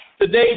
Today